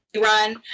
run